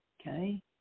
okay